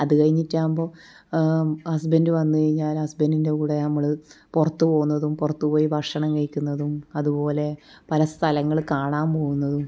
അതു കഴിഞ്ഞിട്ടാകുമ്പോൾ ഹസ്ബൻഡ് വന്നു കഴിഞ്ഞാൽ ഹസ്ബൻറ്റിൻ്റെ കൂടെ നമ്മൾ പുറത്ത് പോകുന്നതും പുറത്തു പോയി ഭക്ഷണം കഴിക്കുന്നതും അതുപോലെ പല സ്ഥലങ്ങൾ കാണാൻ പോകുന്നതും